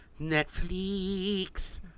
Netflix